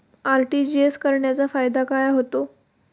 RTGS करण्याचा फायदा काय होतो?